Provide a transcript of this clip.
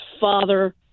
father